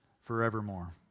forevermore